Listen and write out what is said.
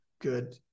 good